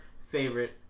favorite